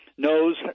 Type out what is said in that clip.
knows